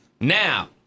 Now